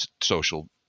social